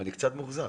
ואני קצת מאוכזב